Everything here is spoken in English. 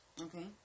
Okay